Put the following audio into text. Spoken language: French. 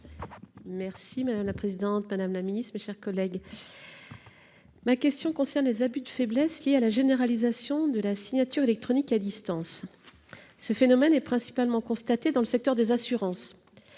Madame la présidente, madame la secrétaire d'État, mes chers collègues, ma question concerne les abus de faiblesse liés à la généralisation de la signature électronique à distance. Ce phénomène est principalement constaté dans le secteur des assurances.